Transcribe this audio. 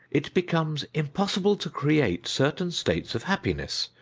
it becomes impossible to create certain states of hap piness,